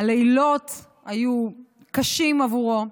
הלילות היו קשים עבורו.